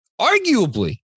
arguably